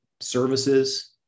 services